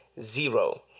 zero